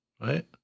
Right